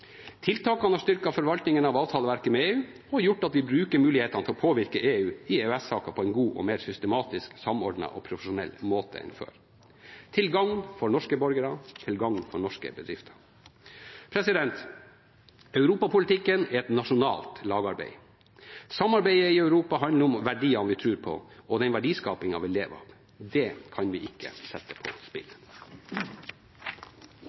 Tiltakene har styrket forvaltningen av avtaleverket med EU og gjort at vi bruker mulighetene til å påvirke EU i EØS-saker på en god og mer systematisk, samordnet og profesjonell måte enn før, til gagn for norske borgere og til gagn for norske bedrifter. Europapolitikken er et nasjonalt lagarbeid. Samarbeidet i Europa handler om verdiene vi tror på, og den verdiskapingen vi lever av. Det kan vi ikke sette på spill.